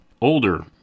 older